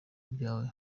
ryawe